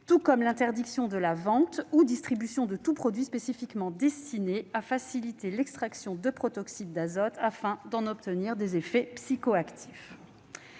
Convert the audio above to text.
tout comme l'interdiction de la vente et de la distribution de tout produit spécifiquement destiné à faciliter l'extraction de protoxyde d'azote afin d'en recevoir des effets psychoactifs.